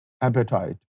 appetite